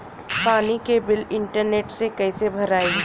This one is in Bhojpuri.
पानी के बिल इंटरनेट से कइसे भराई?